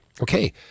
okay